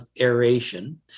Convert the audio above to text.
aeration